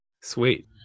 Sweet